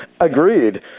Agreed